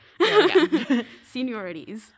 Seniorities